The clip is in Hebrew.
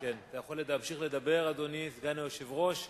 אתה יכול להמשיך לדבר, אדוני סגן היושב-ראש,